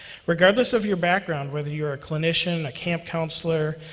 regardless of your background, whether you're a clinician, a camp counselor,